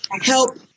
help